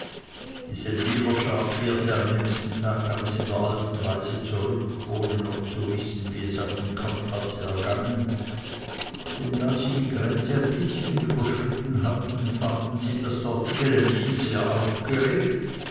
die seldwyler schar kehrte am nächsten tage ganz in der alten weise zurück ohne noch zu wissen wie es auf dem kampfplatze ergangen denn da sie die grenze ein bißchen überschritten hatten fanden sie das dasige ländchen sehr aufgeregt